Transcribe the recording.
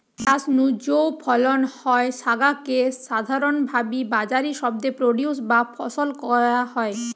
চাষ নু যৌ ফলন হয় স্যাগা কে সাধারণভাবি বাজারি শব্দে প্রোডিউস বা ফসল কয়া হয়